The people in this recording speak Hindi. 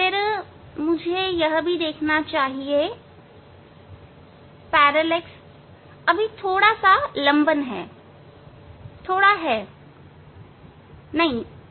फिर मुझे लंबन भी देखना चाहिए कि अभी भी थोड़ा लंबन है थोड़ा लंबन है नहीं इसलिए मुझे करीब आना चाहिए